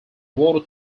water